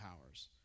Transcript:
powers